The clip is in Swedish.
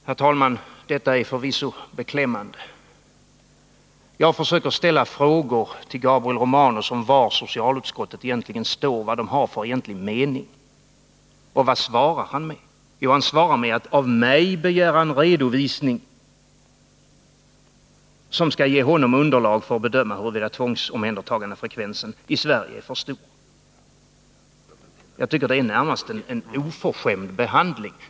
Herr talman! Detta är förvisso beklämmande. Jag försöker ställa frågor till Gabriel Romanus om var socialutskottet egentligen står och har för egentlig mening. Vad svarar han med? Jo, han svarar med att av mig begära en redovisning, som skall ge honom underlag för att bedöma huruvida tvångsomhändertagandefrekvensen i Sverige är för stor. Jag tycker att det närmast är en oförskämd behandling.